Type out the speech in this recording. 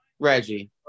Reggie